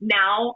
now